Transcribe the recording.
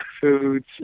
foods